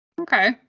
Okay